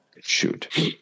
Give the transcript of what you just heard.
Shoot